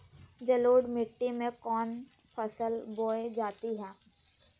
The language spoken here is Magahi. जलोढ़ मिट्टी में कौन फसल बोई जाती हैं?